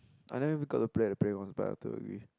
I never even got to play at the playground